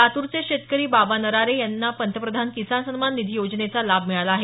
लातूरचे शेतकरी बाबा नरारे यांना पंतप्रधान किसान सन्मान निधी योजनेचा लाभ मिळाला आहे